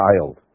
child